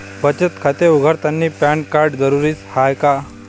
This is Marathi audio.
बचत खाते उघडतानी पॅन कार्ड जरुरीच हाय का?